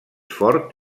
fort